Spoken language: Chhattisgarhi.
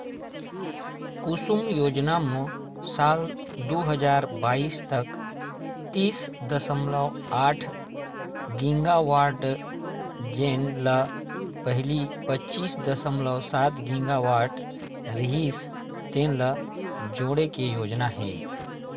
कुसुम योजना म साल दू हजार बाइस तक तीस दसमलव आठ गीगावाट जेन ल पहिली पच्चीस दसमलव सात गीगावाट रिहिस तेन ल जोड़े के योजना हे